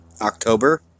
October